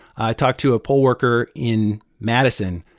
i talked to a poll worker in madison,